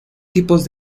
tipos